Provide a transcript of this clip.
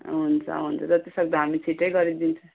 हुन्छ हुन्छ जतिसक्दो हामी छिटै गरिदिन्छ